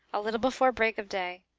a little before break of day,